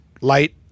light